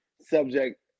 subject